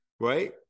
Right